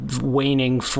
waning